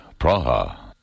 Praha